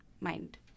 mind